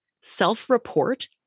self-report